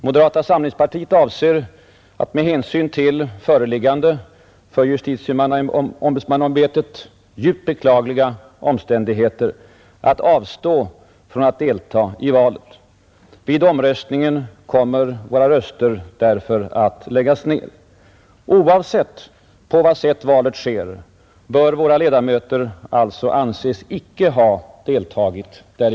Moderata samlingspartiet avser att med hänsyn till föreliggande för justitieombudsmannaämbetet djupt beklagliga omständigheter avstå från att deltaga i valet. Vid omröstningen kommer våra röster därför att läggas ned. Oavsett på vad sätt valet sker bör våra ledamöter alltså anses icke ha deltagit däri.